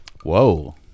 Whoa